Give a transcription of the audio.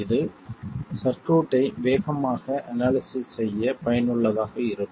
இது சர்க்யூட்டை வேகமாக அனாலிசிஸ் செய்ய பயனுள்ளதாக இருக்கும்